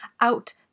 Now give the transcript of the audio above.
out